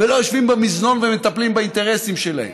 ולא יושבים במזנון ומטפלים באינטרסים שלהם,